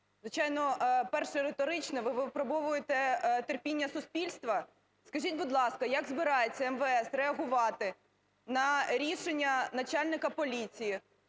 Звичайно, перше – риторичне: ви випробовуєте терпіння суспільства? Скажіть, будь ласка, як збирається МВС реагувати на рішення начальника поліції?